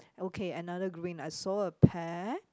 okay another green I saw a pear